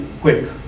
quick